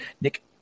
Nick